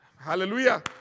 Hallelujah